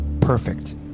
perfect